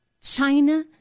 China